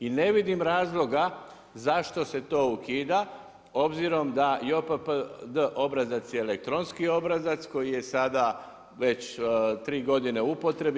I ne vidim razloga zašto se to ukida, obzirom da JPPD obrazac je elektronski obrazac, koji je sada već 3 godine u upotrebi.